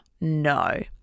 No